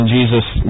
Jesus